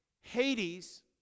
Hades